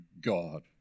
God